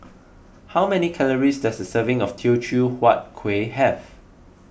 how many calories does a serving of Teochew Huat Kueh have